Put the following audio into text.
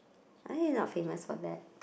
uh he not famous for that